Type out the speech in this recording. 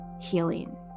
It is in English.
Healing